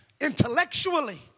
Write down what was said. Intellectually